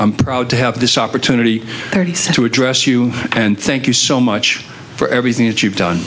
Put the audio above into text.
i'm proud to have this opportunity to address you and thank you so much for everything that you've done